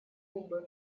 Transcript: кубы